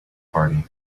party